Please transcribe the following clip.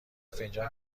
فنجان